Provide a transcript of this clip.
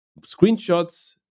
screenshots